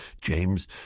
James